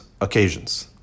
occasions